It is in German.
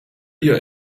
ihr